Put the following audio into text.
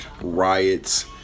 Riots